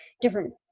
different